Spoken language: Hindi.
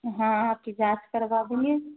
हाँ आप की जाँच करवा देंगे